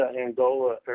Angola